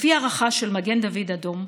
לפי הערכה של מגן דוד אדום,